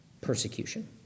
persecution